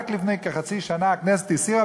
רק לפני כחצי שנה הכנסת הסירה אותו